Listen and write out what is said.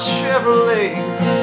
Chevrolets